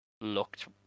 looked